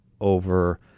over